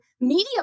media